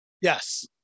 yes